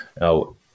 now